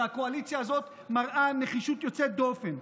והקואליציה הזאת מראה נחישות יוצאת דופן.